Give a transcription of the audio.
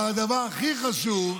אבל הדבר הכי חשוב,